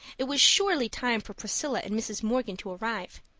it was surely time for priscilla and mrs. morgan to arrive.